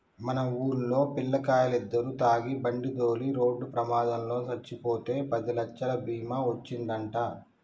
మన వూల్లో పిల్లకాయలిద్దరు తాగి బండితోలి రోడ్డు ప్రమాదంలో సచ్చిపోతే పదిలచ్చలు బీమా ఒచ్చిందంట